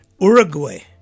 Uruguay